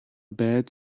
bed